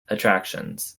attractions